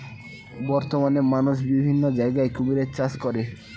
বর্তমানে মানুষ বিভিন্ন জায়গায় কুমিরের চাষ করে